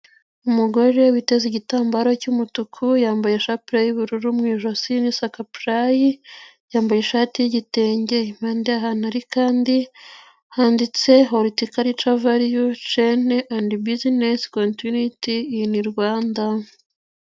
Umugore witeze igitambaro cy'umutuku yambaye ishapure y'ubururu mu ijosi n'isakapurayi, yambaye ishati y'igitenge impande y'ahantu ari kandi handitse Horticulture Value Chain & Business continuity in Rwanda.